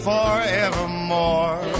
Forevermore